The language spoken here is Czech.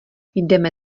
jdeme